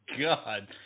God